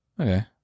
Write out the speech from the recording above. Okay